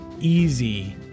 easy